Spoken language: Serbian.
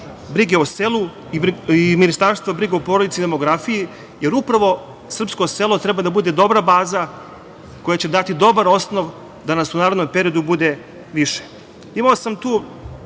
brigu o selu i Ministarstva za brigu o porodici i demografiji, jer upravo srpskog selo treba da bude dobra baza koja će dati dobar osnov da nas u narednom periodu bude više. Imao sam tu